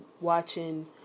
watching